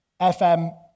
FM